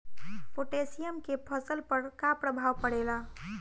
Potassium के फसल पर का प्रभाव पड़ेला?